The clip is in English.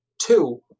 two